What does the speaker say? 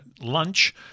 lunch